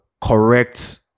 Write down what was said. correct